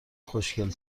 خوشگل